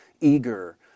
eager